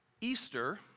Easter